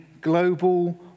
global